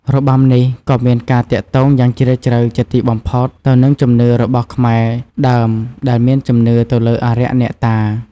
របាំនេះ ក៏មានការទាក់ទងយ៉ាងជ្រាលជ្រៅជាទីបំផុតទៅនឹងជំនឿរបស់ខ្មែរដើមដែលមានជំនឿទៅលើអារក្ស អ្នកតា។